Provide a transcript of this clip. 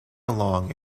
along